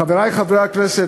חברי חברי הכנסת,